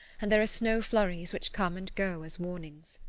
and there are snow-flurries which come and go as warnings.